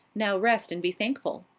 now rest and be thankful.